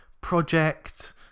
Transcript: project